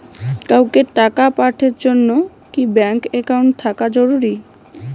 কাউকে টাকা পাঠের জন্যে কি ব্যাংক একাউন্ট থাকা জরুরি?